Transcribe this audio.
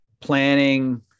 planning